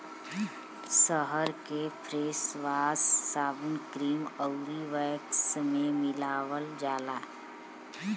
शहद के फेसवाश, साबुन, क्रीम आउर वैक्स में मिलावल जाला